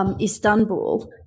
Istanbul